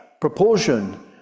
proportion